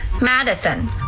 Madison